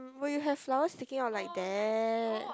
but you have flowers sticking out like that